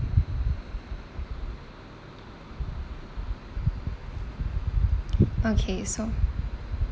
okay so